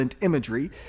imagery